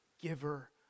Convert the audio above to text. giver